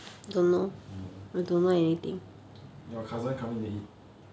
no your cousin coming to eat